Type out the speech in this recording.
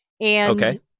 Okay